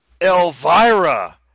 Elvira